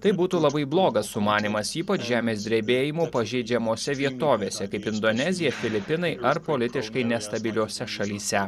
tai būtų labai blogas sumanymas ypač žemės drebėjimų pažeidžiamose vietovėse kaip indonezija filipinai ar politiškai nestabiliose šalyse